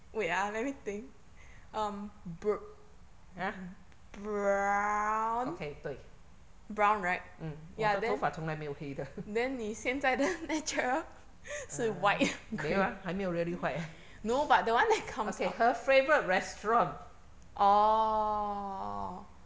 !huh! okay 对 mm 我的头发从来没有黑的 (uh huh) 没有啦还没有 really white ah okay her favourite restaurant